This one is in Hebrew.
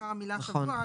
הוזכרה המילה שבוע,